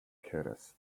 keras